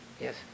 yes